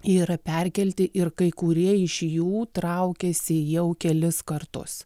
yra perkelti ir kai kurie iš jų traukiasi jau kelis kartus